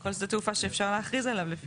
כל שדה תעופה שאפשר להכריז אליו.